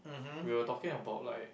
we were talking about like